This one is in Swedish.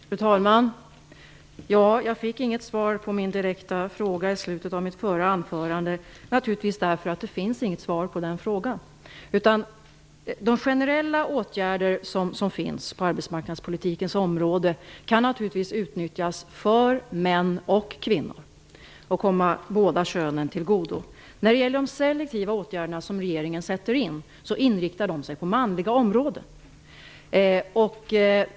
Fru talman! Jag fick naturligtvis inget svar på min direkta fråga i slutet av mitt förra anförande, eftersom det inte finns något svar på den frågan. De generella åtgärder som finns på arbetsmarknadspolitikens område kan naturligtvis utnyttjas för både män och kvinnor och komma båda könen till godo. De selektiva åtgärder som regeringen sätter in inriktar sig på manliga områden.